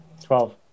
Twelve